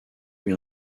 eut